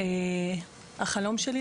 החלום שלי,